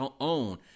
own